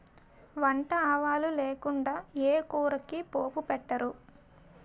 వంట ఆవాలు లేకుండా ఏ కూరకి పోపు పెట్టరు